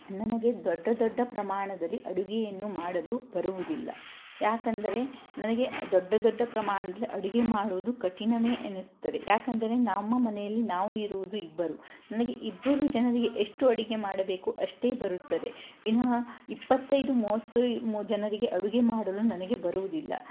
ನನಗೆ ದೊಡ್ಡ ದೊಡ್ಡ ಪ್ರಮಾಣದಲ್ಲಿ ಅಡುಗೆಯನ್ನು ಮಾಡಲು ಬರುವುದಿಲ್ಲ ಯಾಕಂದರೆ ನನಗೆ ದೊಡ್ಡ ದೊಡ್ಡ ಪ್ರಮಾಣ್ದಲ್ಲಿ ಅಡುಗೆ ಮಾಡುವುದು ಕಠಿಣವೇ ಎನ್ನಿಸುತ್ತದೆ ಯಾಕಂದರೆ ನಮ್ಮ ಮನೆಯಲ್ಲಿ ನಾವು ಇರುವುದು ಇಬ್ಬರು ನನಗೆ ಇಬ್ಬರು ಜನರಿಗೆ ಎಷ್ಟು ಅಡುಗೆ ಮಾಡಬೇಕು ಅಷ್ಟೇ ಬರುತ್ತದೆ ವಿನಃ ಇಪ್ಪತೈದು ಮೂವತ್ತು ಜನರಿಗೆ ಅಡುಗೆ ಮಾಡಲು ನನಗೆ ಬರುವುದಿಲ್ಲ